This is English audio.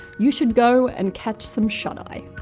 you should go and catch some shut eye.